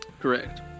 Correct